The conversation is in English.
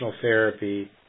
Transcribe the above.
therapy